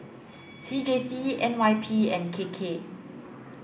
C J C N Y P and K K